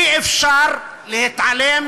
אי-אפשר להתעלם